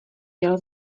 jel